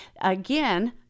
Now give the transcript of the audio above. again